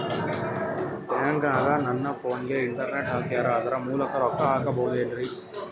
ಬ್ಯಾಂಕನಗ ನನ್ನ ಫೋನಗೆ ಇಂಟರ್ನೆಟ್ ಹಾಕ್ಯಾರ ಅದರ ಮೂಲಕ ರೊಕ್ಕ ಹಾಕಬಹುದೇನ್ರಿ?